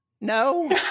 No